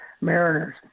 Mariners